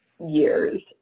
years